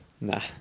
Nah